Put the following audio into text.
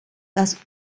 dass